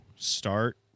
start